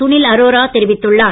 சுனில் அரோரா தெரிவித்துள்ளார்